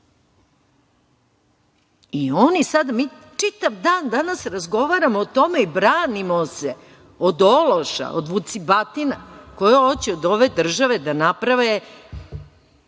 itd. Mi čitav dan danas razgovaramo o tome i branimo se od ološa, od vucibatina koje hoće od ove države da naprave